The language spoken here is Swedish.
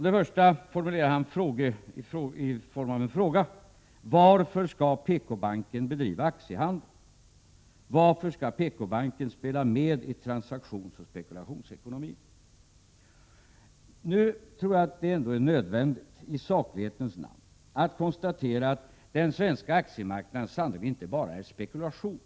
Det första formulerar han i form av en fråga: Varför skall PKbanken bedriva aktiehandel? Varför skall PKbanken spela med i transaktionsoch spekulationsekonomin? Jag tror att det ändå är nödvändigt, i saklighetens namn, att konstatera att den svenska aktiemarknaden sannerligen inte bara är spekulation.